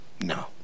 No